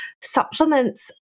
supplements